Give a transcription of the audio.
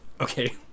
okay